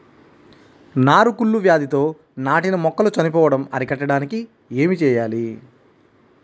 నారు కుళ్ళు వ్యాధితో నాటిన మొక్కలు చనిపోవడం అరికట్టడానికి ఏమి చేయాలి?